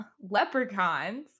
leprechauns